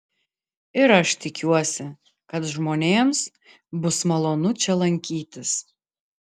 ir aš tikiuosi kad žmonėms bus malonu čia lankytis